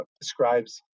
describes